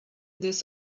this